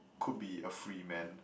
could be a free man